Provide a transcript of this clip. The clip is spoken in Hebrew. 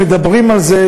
מדברים על זה,